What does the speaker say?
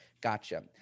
gotcha